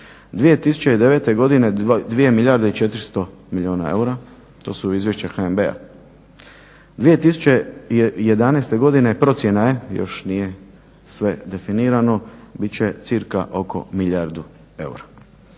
2009. godine 2 milijarde i 400 milijuna eura, to su izvješća HNB-a. 2011. godine procjena je, još nije sve definirano, bit će cca oko milijardu eura.